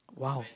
!wow!